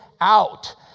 out